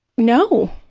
no.